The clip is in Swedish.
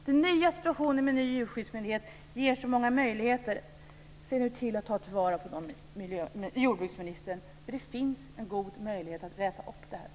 Den nya situationen med ny djurskyddsmyndighet ger många möjligheter. Se nu till att ta vara på dem, jordbruksministern! Det finns en god möjlighet att räta upp det här.